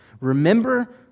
Remember